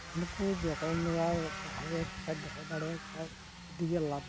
ᱩᱱᱠᱩ ᱡᱚᱛᱚᱱ ᱡᱚᱜᱟᱣ ᱫᱚᱦᱚ ᱫᱟᱲᱮᱭᱟᱠᱚ ᱠᱷᱟᱱ ᱟᱹᱰᱤ ᱜᱮ ᱞᱟᱵᱽ ᱦᱮᱱᱟᱜ ᱛᱟᱵᱚᱱᱟ